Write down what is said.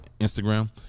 Instagram